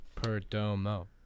Perdomo